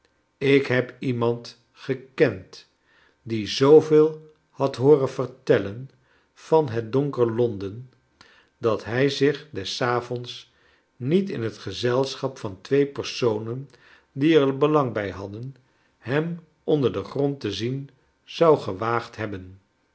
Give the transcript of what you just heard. ik heb iemand gekend die zooveel had hooren vertellen van het donker londen dat hij zich des avonds niet in het gezelschap van twee personen die er belang bij hadden hem onder den grond te zien zou gewaagd hebben